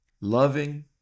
loving